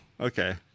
Okay